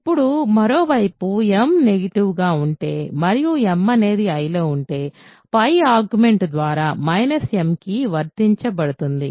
ఇప్పుడు మరోవైపు m negative గా ఉంటే మరియు m అనేది Iలో ఉంటే పై ఆర్గ్యుమెంట్ ద్వారా m కి వర్తించబడుతుంది